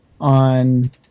on